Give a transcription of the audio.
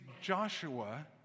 Joshua